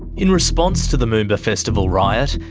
in response to the moomba festival riot,